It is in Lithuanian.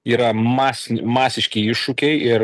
yra masin masiški iššūkiai ir